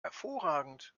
hervorragend